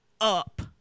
up